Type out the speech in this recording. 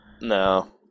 No